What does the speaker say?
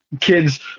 kids